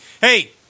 Hey